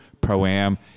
pro-am